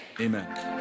amen